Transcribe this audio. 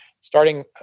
starting